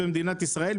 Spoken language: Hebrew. במדינת ישראל,